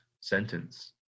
sentence